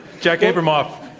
jack yeah abramoff.